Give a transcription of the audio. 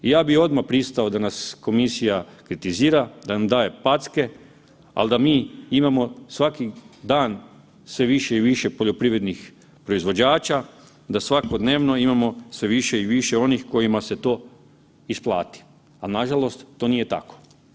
Ja bi odmah pristao da nas komisija kritizira, da nam daje packe, al da mi imamo svaki dan sve više i više poljoprivrednih proizvođača da svakodnevno imamo sve više i više onih kojima se to isplati, a nažalost to nije tako.